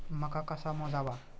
मका कसा मोजावा?